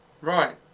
Right